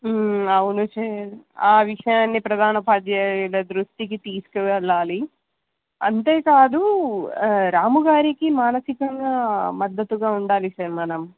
అవును సార్ ఆ విషయాన్ని ప్రధాన ఉపాధ్యాయుల దృష్టికి తీసుకువెళ్ళాలి అంతేకాదు రాముగారికి మానసికంగా మద్దతుగా ఉండాలి సార్ మనం